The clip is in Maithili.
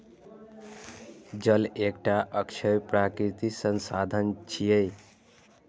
जल एकटा अक्षय प्राकृतिक संसाधन छियै